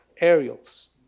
aerials